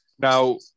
Now